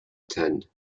attend